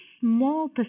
small